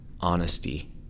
honesty